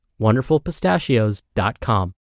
WonderfulPistachios.com